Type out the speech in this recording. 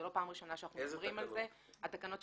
זה לא פעם ראשונה שאנחנו מדברים על זה --- איזה תקנות?